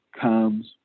comes